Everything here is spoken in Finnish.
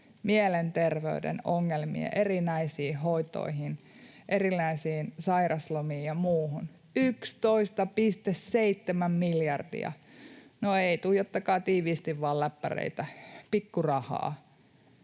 mielenterveyden ongelmien erinäisiin hoitoihin, erinäisiin sairaslomiin ja muuhun, 11,7 miljardia. No ei, tuijottakaa tiiviisti vaan läppäreitä — pikkurahaa.